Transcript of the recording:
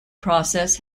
process